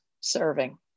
serving